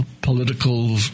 political